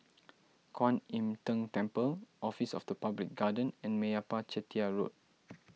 Kuan Im Tng Temple Office of the Public Guardian and Meyappa Chettiar Road